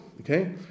okay